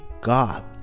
God